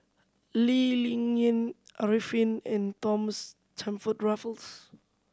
Lee Ling Yen Arifin and Thomas Stamford Raffles